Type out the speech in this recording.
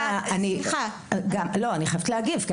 סליחה, אני חייבת להגיב.